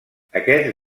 aquests